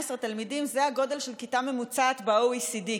תלמידים זה הגודל של כיתה ממוצעת ב-OECD,